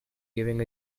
giving